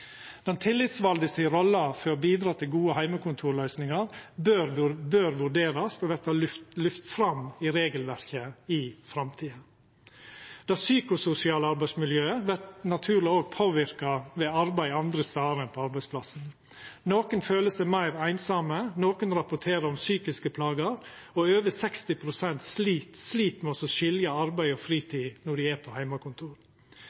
for å bidra til gode heimekontorløysingar bør vurderast å verta lyft fram i regelverket i framtida. Det psykososiale arbeidsmiljøet vert naturleg òg påverka ved arbeid andre stader enn på arbeidsplassen. Nokre føler seg meir einsame, nokre rapporterer om psykiske plager, og over 60 pst. slit med å skilja arbeid og